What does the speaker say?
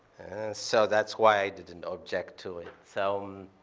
so that's why i didn't object to it. so